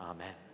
Amen